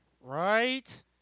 Right